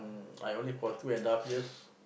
I only got two and a half years